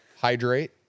hydrate